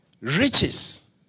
riches